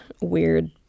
weird